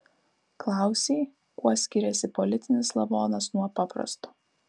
klausei kuo skiriasi politinis lavonas nuo paprasto